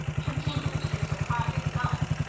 continued his surprising son.